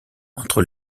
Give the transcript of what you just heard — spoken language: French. entre